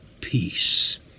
peace